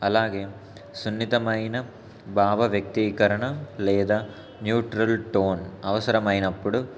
అలాగే సున్నితమైన భావ వ్యక్తీకరణ లేదా న్యూట్రల్ టోన్ అవసరమైనప్పుడు